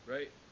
Right